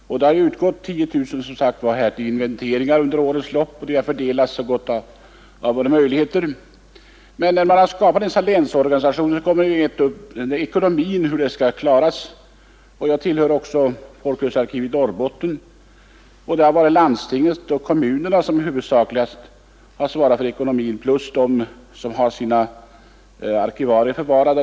Det har — som här sagts — utgått 10 000 kronor till inventeringar under årens lopp, och dessa pengar har fördelats så gott det varit möjligt. Men när man har skapat dessa länsorganisationer kommer frågan upp hur man skall klara ekonomin. Jag tillhör också styrelsen för folkrörelsearkivet i Norrbotten, och det har varit landstinget och kommunerna som huvudsakligen har svarat för ekonomin plus de som har sina arkivalier förvarade där.